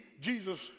Jesus